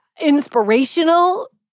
inspirational